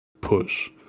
push